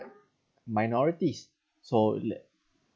minorities so let